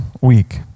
week